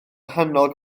nghanol